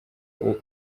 uri